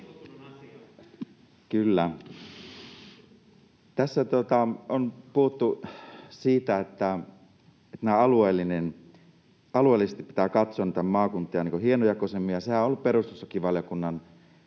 Tässä on puhuttu siitä, että alueellisesti pitää katsoa näitä maakuntia hienojakoisemmin. Sehän on ollut perustuslakivaliokunnan